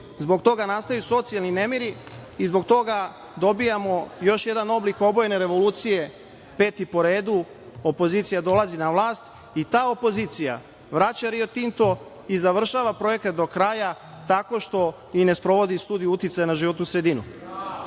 zbog toga nastaju socijalni nemiri i zbog toga dobijamo još jedan oblik obojene revolucije, peti po redu. Opozicija dolazi na vlast i ta opozicija vraća Rio Tinto i završava projekat do kraja, tako što i ne sprovodi studiju uticaja na životnu sredinu.O